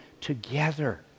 together